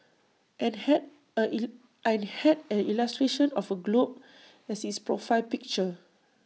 and had A and had A illustration of A globe as its profile picture